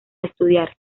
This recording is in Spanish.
estudiar